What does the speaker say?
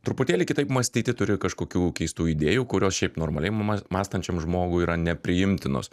truputėlį kitaip mąstyti turi kažkokių keistų idėjų kurios šiaip normaliai ma mąstančiam žmogui yra nepriimtinos